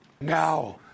now